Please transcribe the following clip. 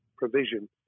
provision